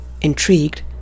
Intrigued